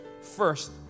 first